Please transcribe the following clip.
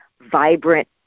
vibrant